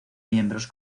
miembros